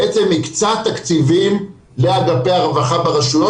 בעצם הקצה תקציבים לאגפי הרווחה ברשויות